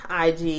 IG